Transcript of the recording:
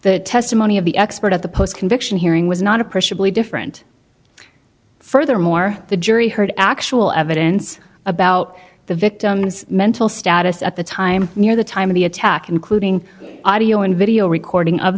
the testimony of the expert of the post conviction hearing was not appreciably different furthermore the jury heard actual evidence about the victim's mental status at the time near the time of the attack including audio and video recording of